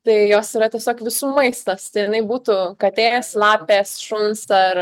tai jos yra tiesiog visų maistas tai jinai būtų katės lapės šuns ar